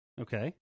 Okay